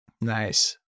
Nice